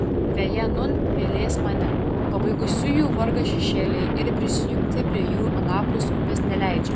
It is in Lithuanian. veja nūn vėlės mane pabaigusių vargą šešėliai ir prisijungti prie jų anapus upės neleidžia